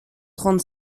trente